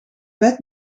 bed